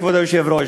כבוד היושב-ראש,